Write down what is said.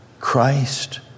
Christ